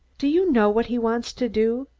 do you know what he wants to do?